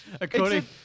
According